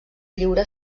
lliura